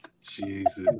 jesus